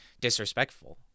disrespectful